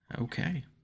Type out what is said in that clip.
Okay